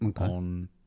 on